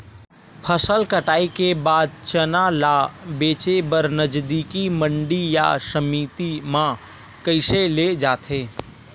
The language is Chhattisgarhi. फसल कटाई के बाद चना ला बेचे बर नजदीकी मंडी या समिति मा कइसे ले जाथे?